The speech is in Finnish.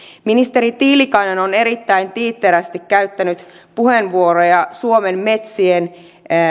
ministeri tiilikainen on erittäin tiitterästi käyttänyt puheenvuoroja suomen metsien